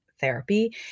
therapy